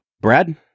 Brad